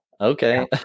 Okay